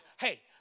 hey